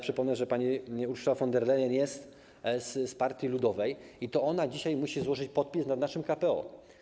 Przypomnę, że pani Ursula von der Leyen jest z partii ludowej i to ona dzisiaj musi złożyć podpis na naszym KPO.